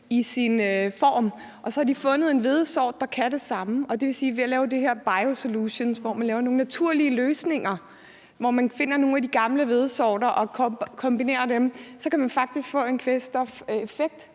i sin form, og så har de fundet en hvedesort, der kan det samme. Det vil sige, at ved at lave de her biosolutions, hvor man laver nogle naturlige løsninger og finder nogle af de gamle hvedesorter og kombinerer dem, kan man faktisk få en kvælstofeffekt,